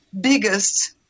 biggest